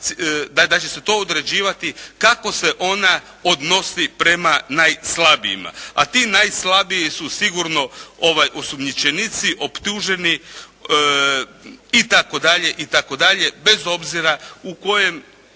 da će se to određivati kako se ona odnosi prema najslabijima, a ti najslabiji su sigurno osumnjičenici optuženi itd. itd. bez obzira u kojem